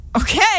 Okay